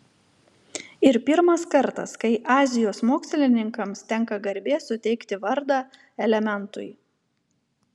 ir pirmas kartas kai azijos mokslininkams tenka garbė suteikti vardą elementui